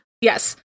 Yes